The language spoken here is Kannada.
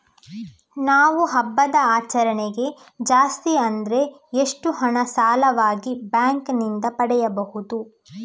ನಾವು ಹಬ್ಬದ ಆಚರಣೆಗೆ ಜಾಸ್ತಿ ಅಂದ್ರೆ ಎಷ್ಟು ಹಣ ಸಾಲವಾಗಿ ಬ್ಯಾಂಕ್ ನಿಂದ ಪಡೆಯಬಹುದು?